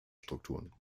strukturen